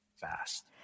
fast